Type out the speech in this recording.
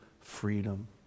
freedom